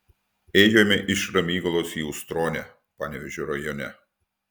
ėjome iš ramygalos į ustronę panevėžio rajone